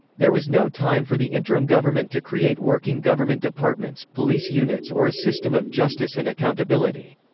there was no time for the interim government to create working government departments, police units or a system of justice and accountability.